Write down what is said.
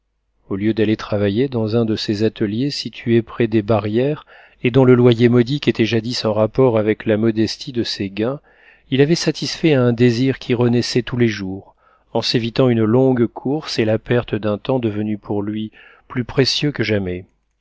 au lieu d'aller travailler dans un de ces ateliers situés près des barrières et dont le loyer modique était jadis en rapport avec la modestie de ses gains il avait satisfait à un désir qui renaissait tous les jours en s'évitant une longue course et la perte d'un temps devenu pour lui plus précieux que jamais